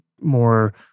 more